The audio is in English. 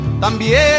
También